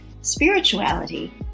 spirituality